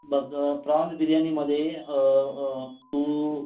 बघ प्रॉन्ज बिर्याणीमध्ये तू